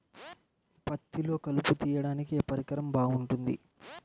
పత్తిలో కలుపు తీయడానికి ఏ పరికరం బాగుంటుంది?